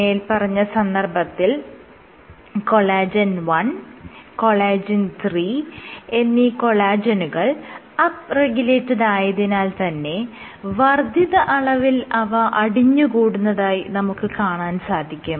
മേല്പറഞ്ഞ സന്ദർഭത്തിൽ col 1 col 3 എന്നീ കൊളാജെനുകൾ അപ്പ് റെഗുലേറ്റഡായതിനാൽ തന്നെ വർദ്ധിതമായ അളവിൽ അവ അടിഞ്ഞുകൂടുന്നതായി നമുക്ക് കാണാൻ സാധിക്കും